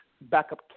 backup